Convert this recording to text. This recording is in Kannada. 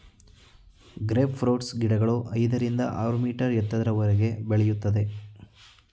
ಗ್ರೇಪ್ ಫ್ರೂಟ್ಸ್ ಗಿಡಗಳು ಐದರಿಂದ ಆರು ಮೀಟರ್ ಎತ್ತರದವರೆಗೆ ಬೆಳೆಯುತ್ತವೆ